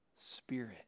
Spirit